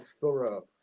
thorough